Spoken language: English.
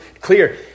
clear